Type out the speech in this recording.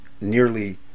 nearly